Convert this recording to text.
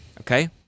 Okay